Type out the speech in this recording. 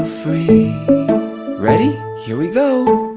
free ready, here we go.